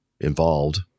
involved –